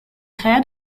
head